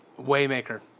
Waymaker